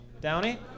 Downey